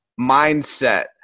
mindset